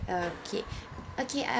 okay okay uh